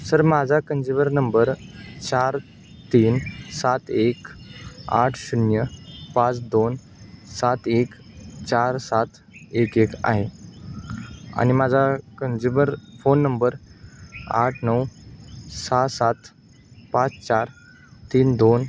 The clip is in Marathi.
सर माझा कंज्युमर नंबर चार तीन सात एक आठ शून्य पाच दोन सात एक चार सात एक एक आहे आणि माझा कंज्युमर फोन नंबर आठ नऊ सहा सात पाच चार तीन दोन